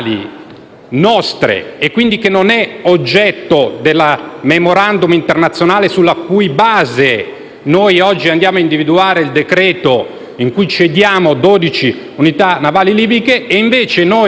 nostre e, quindi, non oggetto del Memorandum internazionale sulla cui base noi oggi andiamo ad individuare il decreto-legge in cui cediamo dodici unità navali libiche, e invece per noi che